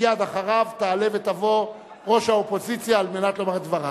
מייד אחריו תעלה ותבוא ראש האופוזיציה על מנת לומר את דברה.